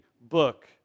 book